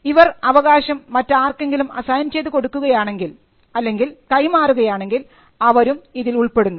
ഇവർ അവകാശം മറ്റാർക്കെങ്കിലും അസൈൻ ചെയ്തു കൊടുക്കുകയാണെങ്കിൽ അല്ലെങ്കിൽ കൈ മാറുകയാണെങ്കിൽ അവരും ഇതിൽ ഉൾപ്പെടുന്നു